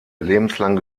lebenslang